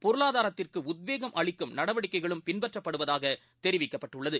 பொருளாதாரத்திற்குஉத்வேகம் அளிக்கும் நடவடிக்கைகளும் பின்பற்றப்படுவதாகதெரிவிக்கப்பட்டுள்ளது